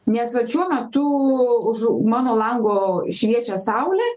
nes vat šiuo metu užu mano lango šviečia saulė